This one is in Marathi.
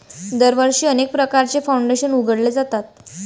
दरवर्षी अनेक प्रकारचे फाउंडेशन उघडले जातात